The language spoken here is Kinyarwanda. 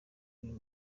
uyu